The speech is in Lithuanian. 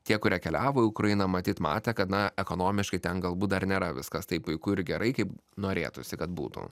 tie kurie keliavo į ukrainą matyt matė kad na ekonomiškai ten galbūt dar nėra viskas taip puiku ir gerai kaip norėtųsi kad būtų